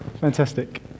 Fantastic